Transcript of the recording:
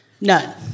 none